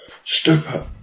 Stupid